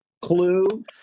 Clue